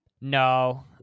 No